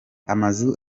amazu